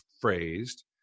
phrased